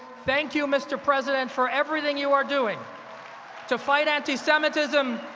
thank you, mr. president, for everything you are doing to fight anti-semitism,